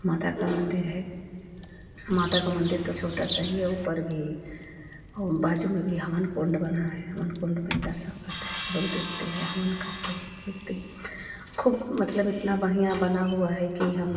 माता का मंदिर है माता का मंदिर तो छोटा सा ही है ऊपर भी और बाजू में भी हवन कुंड बना है हवन कुंड में दर्शन करते हैं सब लोग देखते हैं हवन करते हैं देखते हैं खोह मतलब इतना बढ़िया बना हुआ है कि हम